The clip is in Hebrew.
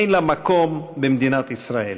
אין לה מקום במדינת ישראל.